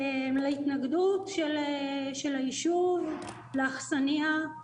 להתנגדות של היישוב לאכסניה.